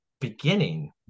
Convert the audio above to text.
beginning